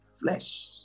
flesh